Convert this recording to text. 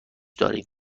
داریم